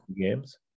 games